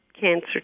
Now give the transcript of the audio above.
cancer